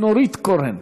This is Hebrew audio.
נורית קורן,